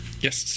Yes